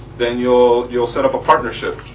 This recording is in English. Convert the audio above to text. then you'll you'll set up a partnership.